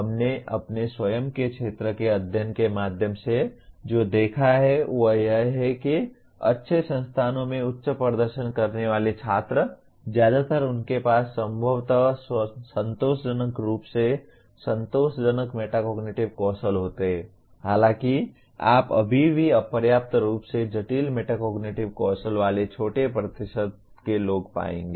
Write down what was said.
हमने अपने स्वयं के क्षेत्र के अध्ययन के माध्यम से जो देखा है वह यह है कि अच्छे संस्थानों में उच्च प्रदर्शन करने वाले छात्र ज्यादातर उनके पास संभवतः संतोषजनक रूप से संतोषजनक मेटाकोग्निटिव कौशल होते हैं हालांकि आप अभी भी अपर्याप्त रूप से जटिल मेटाकोग्निटिव कौशल वाले छोटे प्रतिशत पाएंगे